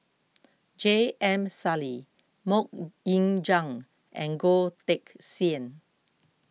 J M Sali Mok Ying Jang and Goh Teck Sian